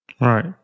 Right